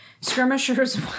Skirmishers